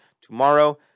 tomorrow